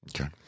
Okay